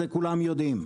זה כולם יודעים.